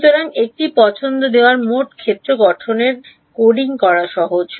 সুতরাং একটি পছন্দ দেওয়া মোট ক্ষেত্র গঠনের কোডিং করা সহজ